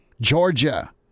Georgia